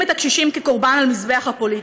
את הקשישים כקורבן על מזבח הפוליטיקה.